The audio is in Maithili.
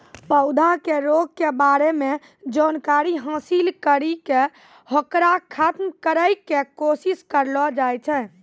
पौधा के रोग के बारे मॅ जानकारी हासिल करी क होकरा खत्म करै के कोशिश करलो जाय छै